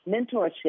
mentorship